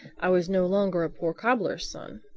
i was no longer a poor cobbler's son.